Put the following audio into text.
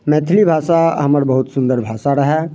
मैथिली भाषा हमर बहुत सुन्दर भाषा रहय